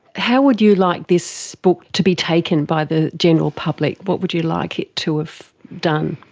how would you like this book to be taken by the general public, what would you like it to have done?